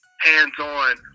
hands-on